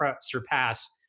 surpass